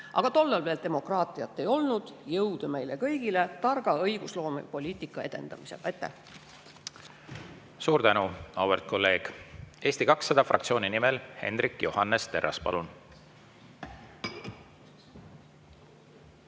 Aga tol ajal veel demokraatiat ei olnud. Jõudu meile kõigile targa õigusloomepoliitika edendamisel! Aitäh! Suur tänu, auväärt kolleeg! Eesti 200 fraktsiooni nimel Hendrik Johannes Terras, palun!